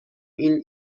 این